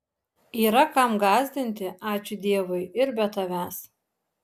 yra kam gąsdinti ačiū dievui ir be tavęs